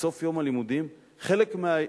בסוף יום הלימודים, חלק מהילדים